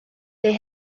they